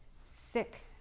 sick